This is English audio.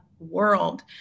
world